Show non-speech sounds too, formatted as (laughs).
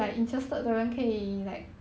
(laughs)